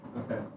Okay